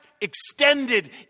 extended